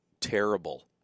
terrible